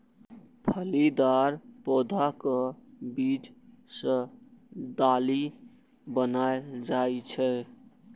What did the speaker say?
फलीदार पौधाक बीज सं दालि बनाएल जाइ छै